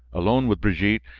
alone with brigitte,